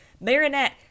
Marinette